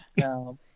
No